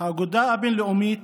האגודה הבין-לאומית